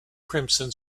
crimson